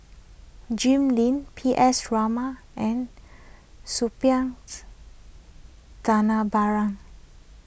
Jim Lim P S Raman and Suppiahs Dhanabalan